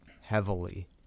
heavily